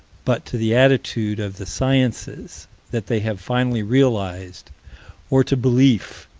but to the attitude of the sciences that they have finally realized or to belief,